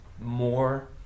More